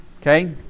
Okay